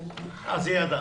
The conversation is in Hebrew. היושב-ראש,